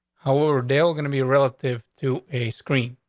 how are they are gonna be relative to a screen.